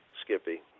Skippy